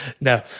No